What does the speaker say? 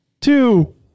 two